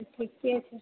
ठीके छै